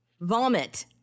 Vomit